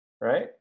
right